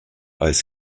als